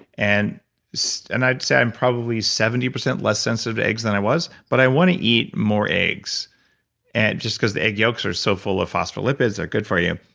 and so and i'd say i'm probably seventy percent less sensitive to eggs than i was, but i want to eat more eggs and just because the egg yolks are so full of phospholipids, they're good for you,